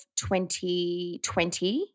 2020